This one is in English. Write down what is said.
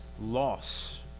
loss